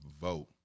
vote